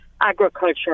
agriculture